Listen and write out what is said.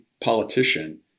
politician